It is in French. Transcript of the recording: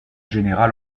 général